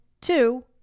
two